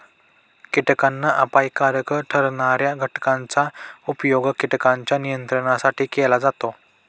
कीटकांना अपायकारक ठरणार्या घटकांचा उपयोग कीटकांच्या नियंत्रणासाठी केला जातो